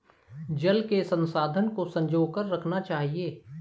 जल के संसाधन को संजो कर रखना चाहिए